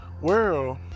world